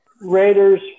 Raiders